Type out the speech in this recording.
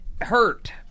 Hurt